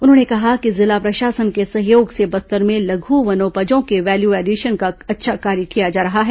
उन्होंने कहा कि जिला प्रशासन के सहयोग से बस्तर में लघ् वनोपजों के वैल्यू एंडिशन का अच्छा कार्य किया जा रहा है